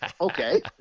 okay